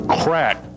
crack